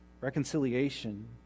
reconciliation